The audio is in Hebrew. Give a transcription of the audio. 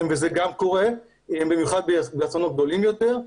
וגם זה קורה במיוחד באסונות גדולים יותר,